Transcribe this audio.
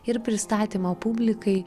ir pristatymą publikai